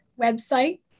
website